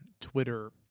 Twitter